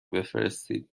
بفرستید